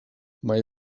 mai